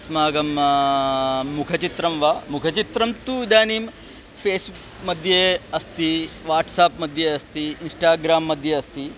अस्माकं मुखचित्रं वा मुखचित्रं तु इदानीं फ़ेस्बुक् मध्ये अस्ति वाट्साप् मध्ये अस्ति इन्स्टाग्राम् मध्ये अस्ति